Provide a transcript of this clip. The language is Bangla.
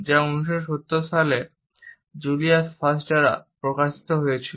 যা 1970 সালে জুলিয়াস ফাস্ট দ্বারা প্রকাশিত হয়েছিল